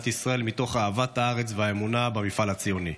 ישראל מתוך אהבת הארץ והאמונה במפעל הציוני.